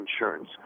insurance